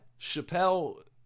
Chappelle